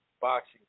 boxing